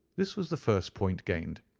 this was the first point gained.